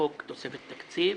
וחוק תוספת תקציב,